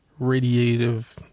radiative